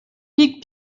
pic